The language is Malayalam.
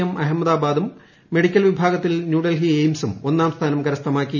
എം അഹമ്മദാബാദും മെഡിക്കൽ വിഭാഗത്തിൽ ന്യൂഡൽഹിയിലെ എയിംസും ഒന്നാംസ്ഥാനം കരസ്ഥമാക്കി